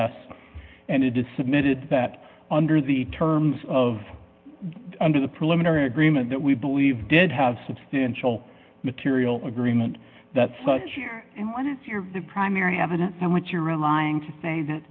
s and it is submitted that under the terms of under the preliminary agreement that we believe did have substantial material agreement that such sharing and one is your primary evidence and what you're relying to say